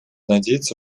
надеяться